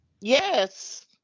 Yes